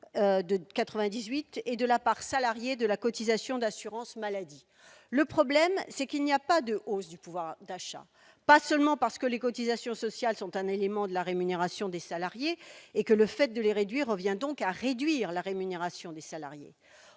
de 98 et de la part salarié de la cotisation d'assurance-maladie, le problème c'est qu'il n'y a pas de hausse du pouvoir d'achat, pas seulement parce que les cotisations sociales sont un élément de la rémunération des salariés et que le fait de les réduire, revient donc à réduire la rémunération des salariés,